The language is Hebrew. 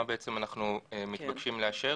מה בעצם אנחנו מתבקשים לאשר.